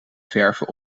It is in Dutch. verven